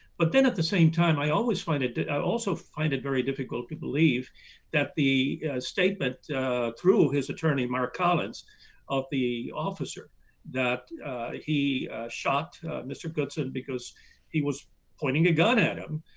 but then at the same time i always find it i also find it very difficult to believe that the statement through his attorney mark collins of the officer that he shot mr. goodson because he was pointing a gun at him,